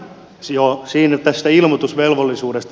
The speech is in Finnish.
tästä ilmoitusvelvollisuudesta